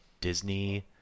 Disney